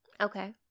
Okay